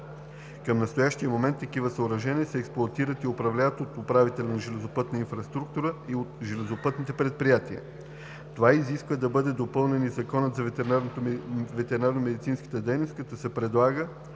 Към настоящия момент такива съоръжения се експлоатират и управляват от управителя на „Железопътна инфраструктура“ и от железопътните предприятия. Това изисква да бъде допълнен и Законът за ветеринарномедицинската дейност, като се предлага